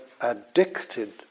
addicted